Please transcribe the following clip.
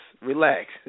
relax